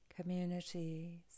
communities